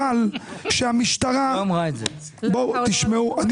חבל שהמשטרה -- היא לא אמרה את זה.